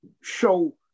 show